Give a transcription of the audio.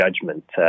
judgment